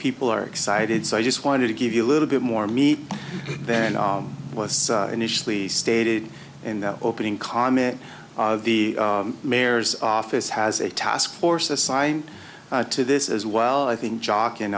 people are excited so i just wanted to give you a little bit more meat then i was initially stated in the opening comment of the mayor's office has a task force assigned to this as well i think jock and